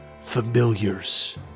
familiars